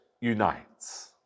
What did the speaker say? unites